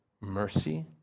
mercy